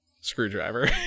Screwdriver